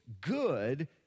good